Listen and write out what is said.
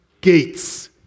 gates